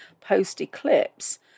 post-eclipse